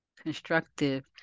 constructive